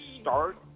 start